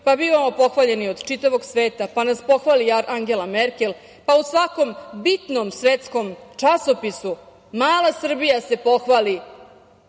pa bivamo pohvaljeni od čitavog sveta, pa nas pohvali Angela Merkel, pa u svakom bitnom svetskom časopisu mala Srbija se pohvali